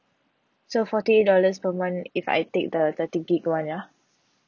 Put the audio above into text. so forty eight dollars per month if I take the thirty gig [one] ya